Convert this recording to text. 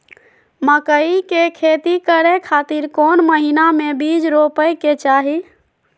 मकई के खेती करें खातिर कौन महीना में बीज रोपे के चाही?